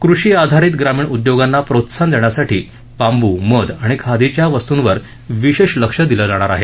कृषी आधारित ग्रामीण उद्योगांना प्रोत्साहन देण्यासाठी बांबू मध आणि खादींच्या वस्तूंवर विशेष लक्ष दिलं जाणार आहे